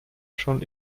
schon